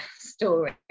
story